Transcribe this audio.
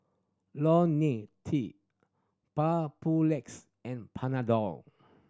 Lonil T Papulex and Panadol